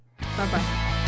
Bye-bye